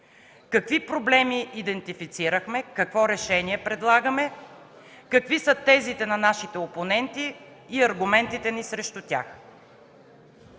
Какви проблеми идентифицирахме, какво решение предлагаме, какви са тезите на нашите опоненти и аргументите ни срещу тях?